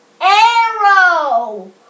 arrow